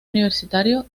universitario